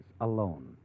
alone